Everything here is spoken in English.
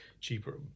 cheaper